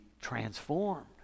transformed